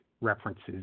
references